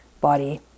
body